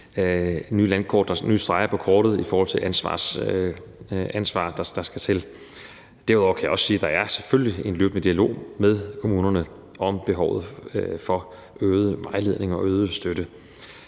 nye streger på kortet i forhold til det ansvar, der skal være. Derudover kan jeg også sige, at der selvfølgelig er en løbende dialog med kommunerne om behovet for øget vejledning og øget støtte.